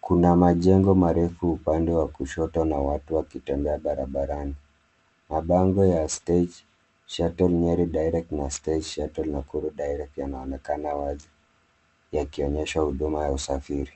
Kuna majengo marefu upande wa kushoto na watu wakitembea barabarani. Mabango ya Stage Shuttle Nyeri Direct na Stage Shuttle Nakuru Direct yanaonekana wazi yakionyesha huduma ya usafiri.